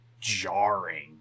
jarring